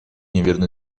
неверно